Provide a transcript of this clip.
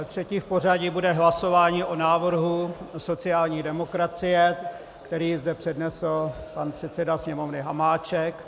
Třetí v pořadí bude hlasování o návrhu sociální demokracie, který zde přednesl pan předseda Sněmovny Hamáček.